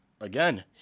again